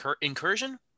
Incursion